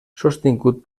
sostingut